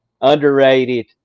Underrated